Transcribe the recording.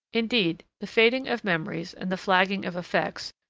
indeed, the fading of memories and the flagging of affects,